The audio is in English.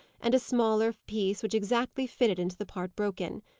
and a smaller piece which exactly fitted into the part broken.